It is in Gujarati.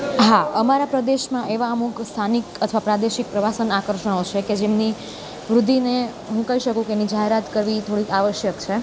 હા અમારા પ્રદેશમાં એવાં અમુક સ્થાનિક અથવા પ્રાદેશિક પ્રવાસન આકર્ષણો છે કે જેમની વૃદ્ધિને હું કહી શકું કે એની જાહેરાત કરવી થોડીક આવશ્યક છે